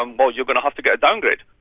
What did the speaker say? um but you're going to have to get a downgrade.